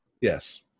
Yes